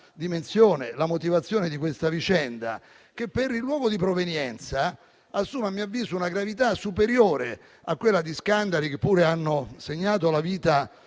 la motivazione di questa vicenda, che, per il luogo di provenienza assume - a mio avviso - una gravità superiore a quella di scandali che pure hanno segnato la vita